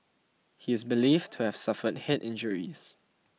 he is believed to have suffered head injuries